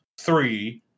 three